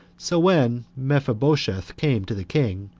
so when mephibosheth came to the king,